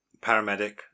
paramedic